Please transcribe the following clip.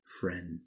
friend